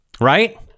right